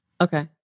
Okay